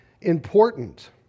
important